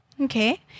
Okay